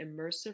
immersive